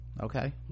okay